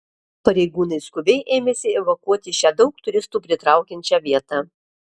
pareigūnai skubiai ėmėsi evakuoti šią daug turistų pritraukiančią vietą